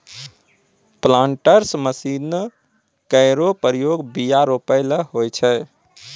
planters machine केरो प्रयोग बीया रोपै ल होय छै